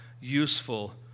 useful